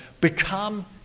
Become